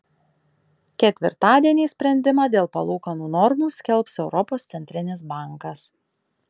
ketvirtadienį sprendimą dėl palūkanų normų skelbs europos centrinis bankas